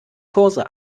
kurse